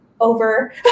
over